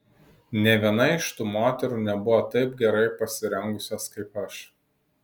nė viena iš tų moterų nebuvo taip gerai pasirengusios kaip aš